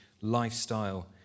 lifestyle